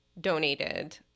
donated